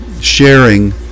sharing